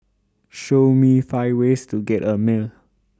Show Me five ways to get A Male